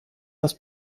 das